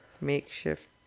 Makeshift